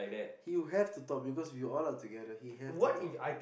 he'll have to talk because we're all together he have to talk